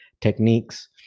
techniques